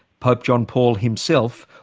pope john paul himself,